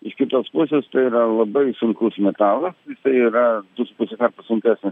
iš kitos pusės tai yra labai sunkus metalas jisai yra du su puse karto sunkesnis